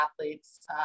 athletes